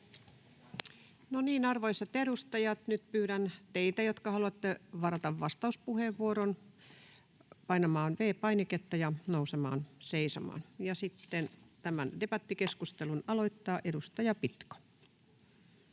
Arvoisat edustajat, nyt pyydän teitä, jotka haluatte varata vastauspuheenvuoron, painamaan V-painiketta ja nousemaan seisomaan. — Ja tämän debattikeskustelun aloittaa edustaja Pitko.